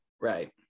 Right